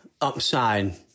upside